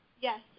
Yes